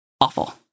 awful